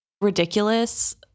ridiculous